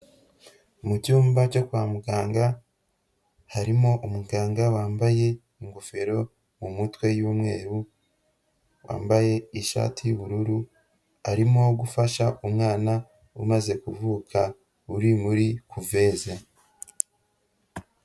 Mu cyumba cyo kwa muganga harimo umuganga wambaye ingofero mu mutwe y'umweru, wambaye ishati y'ubururu, arimo gufasha umwana umaze kuvuka uri muri kuveze.